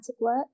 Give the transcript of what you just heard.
work